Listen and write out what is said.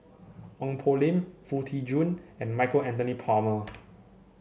Ong Poh Lim Foo Tee Jun and Michael Anthony Palmer